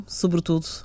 sobretudo